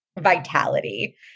vitality